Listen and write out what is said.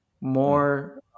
more